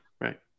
Right